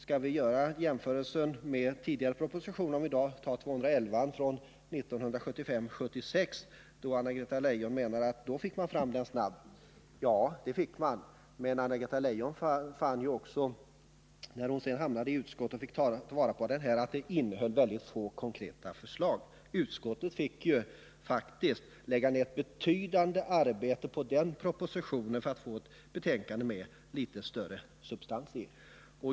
Skall vi göra jämförelsen med tidigare propositioner, t.ex. 1975/76:211? Anna-Greta Leijon menade att den fick man fram snabbt. Ja, det fick man, men Anna-Greta Leijon fann sedan, när hon hamnade i utskottet, att den innehöll få konkreta förslag. Utskottet fick lägga ned betydande arbete på den propositionen för att få ett betänkande med litet mer substans i.